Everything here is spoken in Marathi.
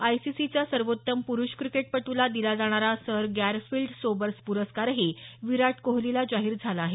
आयसीसीचा सर्वोत्तम प्रुष क्रिकेटपटूला दिला जाणारा सर गॅरफिल्ड सोबर्स पुरस्कार ही विराट कोहलीला जाहीर झाला आहे